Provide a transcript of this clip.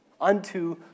unto